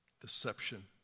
Deception